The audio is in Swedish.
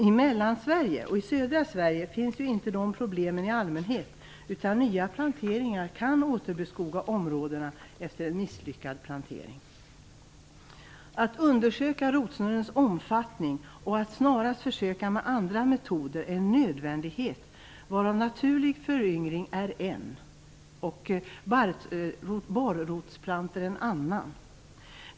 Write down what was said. I mellersta och i södra Sverige uppstår i allmänhet inte dessa problem. Nya planteringar kan återbeskoga områdena efter misslyckad plantering. Att undersöka rotsnurrens omfattning och att snarast försöka med andra metoder är en nödvändighet. En metod är naturlig föryngring. Borrotsplantor är en annan metod.